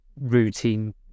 routine